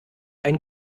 ein